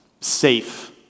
safe